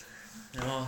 you know